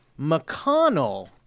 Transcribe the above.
McConnell